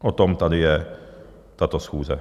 O tom tady je tato schůze.